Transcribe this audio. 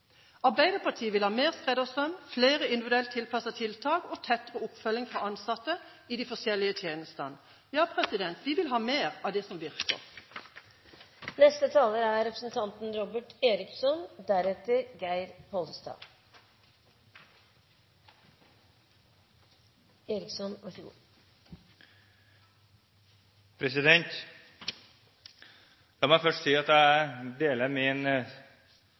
Arbeiderpartiet vil ha mer skreddersøm, flere individuelt tilpassede tiltak og tettere oppfølging fra ansatte i de forskjellige tjenestene. Ja, vi vil ha mer av det som virker. La meg først si at jeg deler betraktningene til min